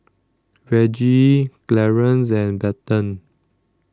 Reggie Clarance and Bethann